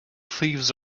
thieves